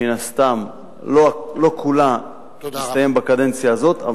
מן הסתם לא כולה תסתיים בקדנציה הזאת,